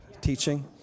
teaching